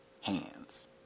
hands